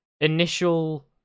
initial